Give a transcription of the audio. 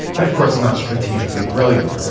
and of course not strategically brilliant. um